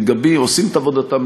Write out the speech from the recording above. עושים את עבודתם,